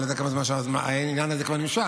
ואני לא יודע כמה זמן העניין הזה כבר נמשך.